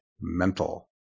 mental